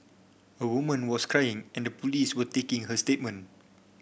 a woman was crying and the police were taking her statement